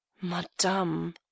Madame